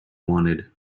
wanted